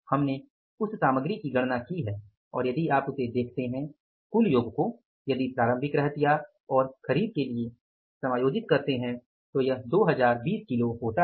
हमने उस सामग्री की गणना की है और यदि आप उसे देखते हैं कुल योग को यदि प्रारंभिक रहतिया और खरीद के लिए समायोजित करते हैं तो यह 2020 किलो होता है